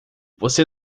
você